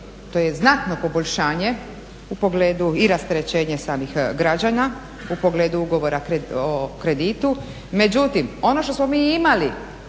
to je znatno poboljšanje u pogledu i rasterećenje samih građana u pogledu ugovora o kreditu, međutim ono što smo mi imali